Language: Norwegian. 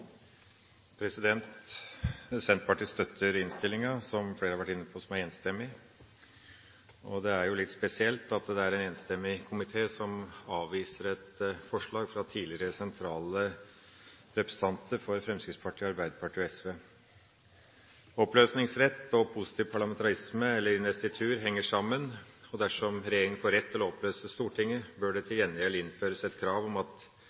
enstemmig. Det er litt spesielt at det er en enstemmig komité som avviser et forslag fra tidligere sentrale representanter for Fremskrittspartiet, Arbeiderpartiet og SV. Oppløsningsrett og positiv parlamentarisme, eller investitur, henger sammen. Dersom regjeringa får rett til å oppløse Stortinget, bør det til gjengjeld innføres et krav om at